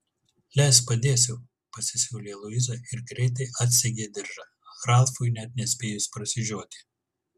leisk padėsiu pasisiūlė luiza ir greitai atsegė diržą ralfui net nespėjus prasižioti